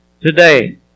today